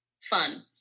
fun